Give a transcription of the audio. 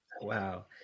Wow